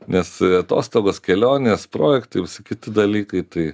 nes atostogos kelionės projektai visi kiti dalykai tai